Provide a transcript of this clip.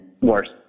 worse